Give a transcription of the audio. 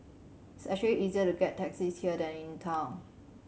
easier to get taxis here than in town